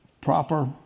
Proper